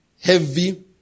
Heavy